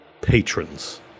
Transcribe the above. patrons